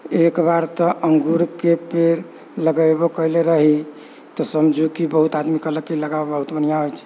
एक बार तऽ अंगूरके पेड़ लगएबो कयले रही तऽ समझु कि बहुत आदमी कहलक कि लगाबह बहुत बढ़िऑं होइ छै